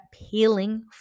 appealing